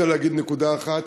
אני רוצה להגיד נקודה אחת